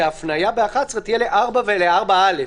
שההפניה ב-11 תהיה ל-(4) ול-(4א),